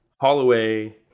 Holloway